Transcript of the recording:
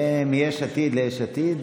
מיש עתיד ליש עתיד.